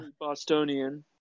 Bostonian